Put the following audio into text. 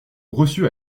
reçu